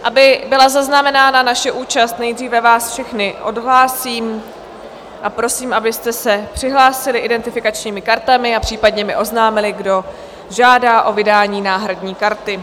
Aby byla zaznamenána naše účast, nejdříve vás všechny odhlásím a prosím, abyste se přihlásili identifikačními kartami a případně mi oznámili, kdo žádá o vydání náhradní karty.